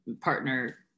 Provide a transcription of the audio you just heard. partner